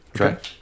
Okay